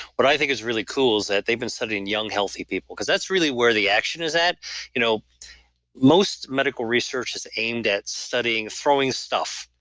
what i think is really cool is that they've been studying young healthy people, because that's really where the action is at you know most medical research is aimed at studying throwing stuff,